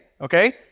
okay